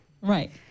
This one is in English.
Right